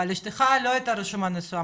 אבל אשתך לא הייתה רשומה נשואה,